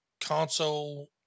console